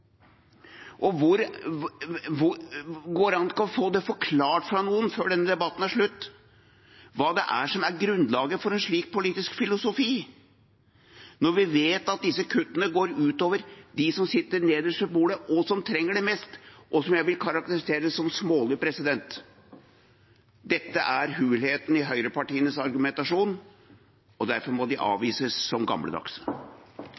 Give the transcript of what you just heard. an å få det forklart fra noen før denne debatten er slutt, hva som er grunnlaget for en slik politisk filosofi, når vi vet at disse kuttene går ut over dem som sitter nederst ved bordet, og som trenger det mest – og som jeg vil karakterisere som smålig? Dette er hulheten i høyrepartienes argumentasjon. Derfor må de